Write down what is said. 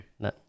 no